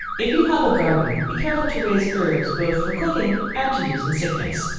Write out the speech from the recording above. if you have a garden, be careful to raise herbs, both for cooking and to use in sickness.